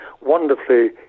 wonderfully